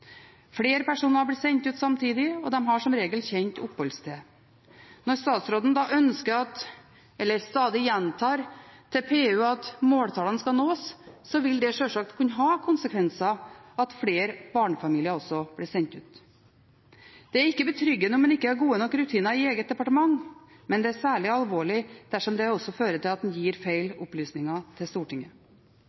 Flere personer blir sendt ut samtidig, og de har som regel kjent oppholdssted. Når statsråden da stadig gjentar til PU at måltallene skal nås, vil det sjølsagt kunne ha som konsekvens at flere barnefamilier også blir sendt ut. Det er ikke betryggende om en ikke har gode nok rutiner i eget departement, men det er særlig alvorlig dersom det også fører til at en gir feil opplysninger til Stortinget.